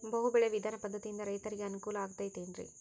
ಬಹು ಬೆಳೆ ವಿಧಾನ ಪದ್ಧತಿಯಿಂದ ರೈತರಿಗೆ ಅನುಕೂಲ ಆಗತೈತೇನ್ರಿ?